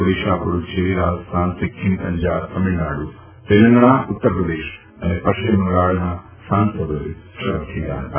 ઓડિશા પુડ્ડુચેરી રાજસ્થાન સિક્કિમ પંજાબ તમિળનાડુ તેલંગણા ઉત્તરપ્રદેશ અને પશ્ચિમ બંગાળના સાંસદોએ શપથ લીધા હતા